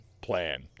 plan